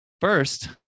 First